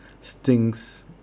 Sting's